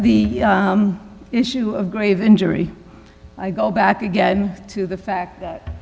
the issue of grave injury i go back again to the fact that